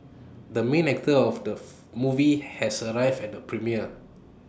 the main actor of the movie has arrived at the premiere